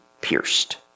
pierced